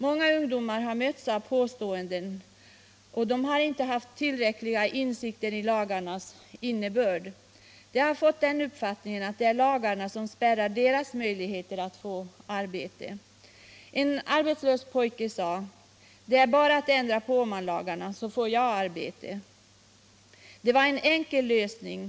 Många ungdomar som inte har haft tillräckliga insikter i lagarnas innebörd har hört sådana påståenden fällas, och då har de fått den uppfattningen att det är lagarna som spärrar deras möjligheter att erhålla arbete. En arbetslös pojke sade t.ex.: ”Det är bara att ändra på Åmanlagarna, så får jag arbete.” Det är ju en enkel lösning.